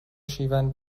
شیون